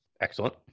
Excellent